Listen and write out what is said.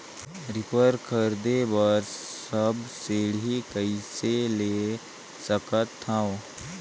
Reaper खरीदे बर subsidy कइसे ले सकथव?